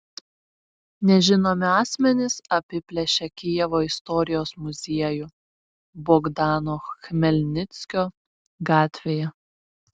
nežinomi asmenys apiplėšė kijevo istorijos muziejų bogdano chmelnickio gatvėje